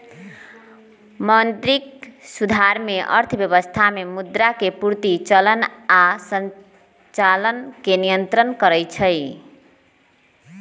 मौद्रिक सुधार में अर्थव्यवस्था में मुद्रा के पूर्ति, चलन आऽ संचालन के नियन्त्रण करइ छइ